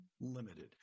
limited